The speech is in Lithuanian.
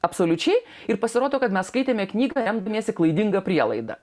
absoliučiai ir pasirodo kad mes skaitėme knygą remdamiesi klaidinga prielaida